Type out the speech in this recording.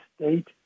State